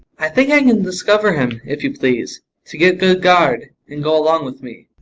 i think i can discover him, if you please to get good guard, and go along with me.